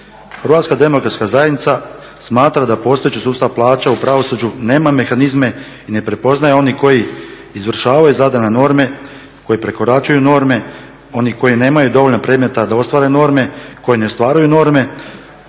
ovim zakonom i uvodi. HDZ smatra da postojeći sustav plaća u pravosuđu nema mehanizme i ne prepoznaje one koji izvršavaju zadane norme, koji prekoračuju norme, oni koji nemaju dovoljno predmeta da ostvare norme, koji ne ostvaruju norme,